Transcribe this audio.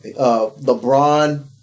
LeBron